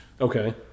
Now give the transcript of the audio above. Okay